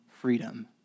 freedom